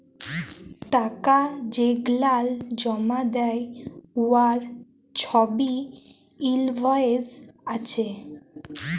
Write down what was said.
টাকা যেগলাল জমা দ্যায় উয়ার ছবই ইলভয়েস আছে